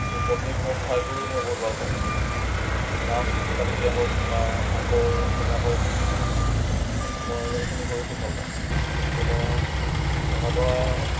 মোৰ পত্নীক মই সহায় কৰিও মই বহুত ভাল পাওঁ মাছ কাটি দিয়া হওক বা মাংস কটা হওক মই গোটেইখিনি কৰি খুব ভাল পাওঁ গতিকে মই ৰন্ধা বঢ়া